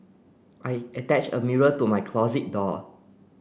I attached a mirror to my closet door